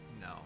No